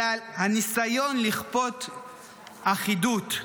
אלא הניסיון לכפות אחידות,